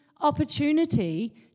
opportunity